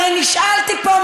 הרי נשאלתי פה,